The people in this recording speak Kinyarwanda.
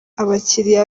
abakiliya